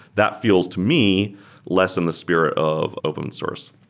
that feels to me less in the spirit of open source.